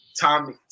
Tommy –